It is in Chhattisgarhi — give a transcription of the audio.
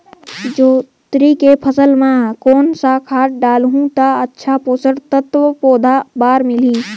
जोंदरी के फसल मां कोन सा खाद डालहु ता अच्छा पोषक तत्व पौध बार मिलही?